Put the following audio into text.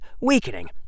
weakening